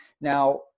Now